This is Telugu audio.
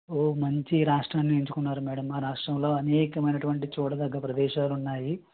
ఓహ్ మంచి రాష్ట్రాన్నే ఎంచుకున్నారు మేడమ్ మా రాష్ట్రంలో అనేకమైనటువంటి చూడదగ్గ ప్రదేశాలు ఉన్నాయి